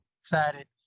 excited